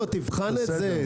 תבחן את זה.